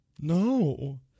No